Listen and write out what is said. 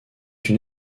une